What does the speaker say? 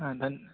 हा धन्